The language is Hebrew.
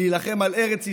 ולהילחם על ארץ ישראל,